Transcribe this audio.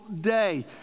day